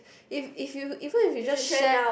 if if you even if you just share